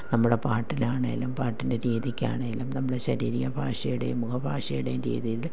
നമ്മുടെ പാട്ടിലാണെങ്കിലും പാട്ടിൻ്റെ രീതിക്കാണെങ്കിലും നമ്മുടെ ശാരീരിക ഭാഷയുടെയും മുഖഭാഷയുടെയും രീതിയിൽ